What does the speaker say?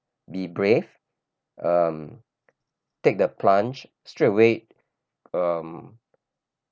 be brave um take the plunge straight away um